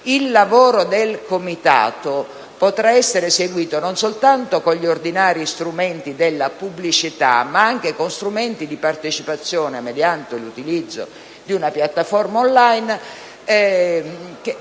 il lavoro del Comitato potrà essere seguito non soltanto con gli ordinari strumenti della pubblicità, ma anche con strumenti di partecipazione mediante l'utilizzo di una piattaforma *on line*.